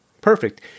Perfect